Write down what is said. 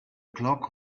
clock